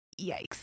yikes